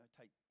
take